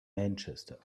manchester